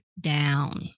down